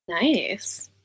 Nice